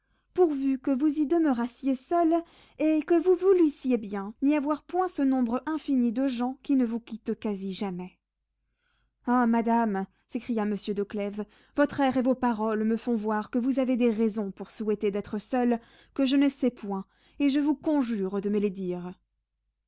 pourvu que vous y demeurassiez seul et que vous voulussiez bien n'y avoir point ce nombre infini de gens qui ne vous quittent quasi jamais ah madame s'écria monsieur de clèves votre air et vos paroles me font voir que vous avez des raisons pour souhaiter d'être seule que je ne sais point et je vous conjure de me les dire